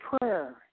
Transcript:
prayer